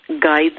guides